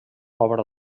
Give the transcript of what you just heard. obra